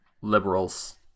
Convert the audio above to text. liberals